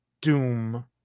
doom